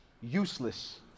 useless